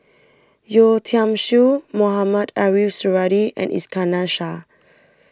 Yeo Tiam Siew Mohamed Ariff Suradi and Iskandar Shah